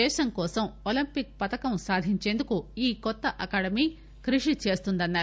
దేశం కోసం ఒలింపిక్ పతకం సాధించేందుకు ఈ కొత్త అకాడమీ కృషి చేస్తుందని అన్నారు